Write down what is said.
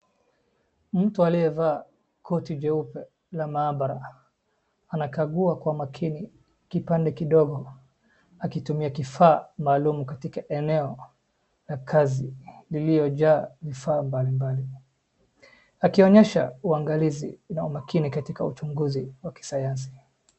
Mtu aliyevaa koti jeupe ya maabara, anakagua kwa makini kipande kidogo akitumia kifaa maalum katika eneo la kazi iliyojaa vifaa mbalimbali, akionyesha uangalizi na umakini katika uchunguzi wa kisayansi.